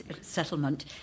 settlement